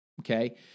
okay